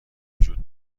وجود